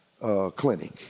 clinic